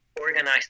organized